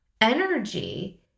energy